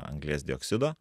anglies dioksido